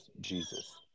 Jesus